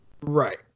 Right